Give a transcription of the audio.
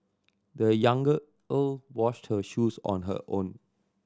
the younger old washed her shoes on her own